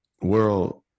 World